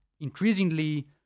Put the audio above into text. increasingly